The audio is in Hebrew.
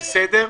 בסדר,